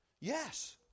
Yes